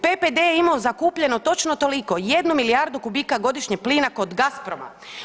PPD je imao zakupljeno točno toliko, 1 milijardu kubika godišnje plina kod Gazproma.